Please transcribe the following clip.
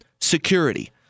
Security